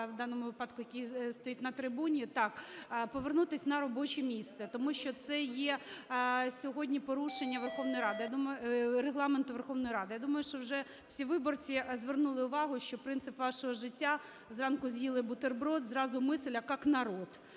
в даному випадку який стоїть на трибуні, так, повернутись на робоче місце. Тому що це є сьогодні порушення Верховної Ради. Я думаю… Регламенту Верховної Ради. Я думаю, що вже всі виборці звернули увагу, що принцип вашого життя: зранку з'їли бутерброд– зразу мысль: "А как